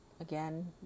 Again